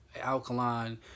Alkaline